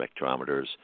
spectrometers